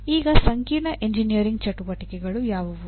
ಈಗ ಸಂಕೀರ್ಣ ಎಂಜಿನಿಯರಿಂಗ್ ಚಟುವಟಿಕೆಗಳು ಯಾವುವು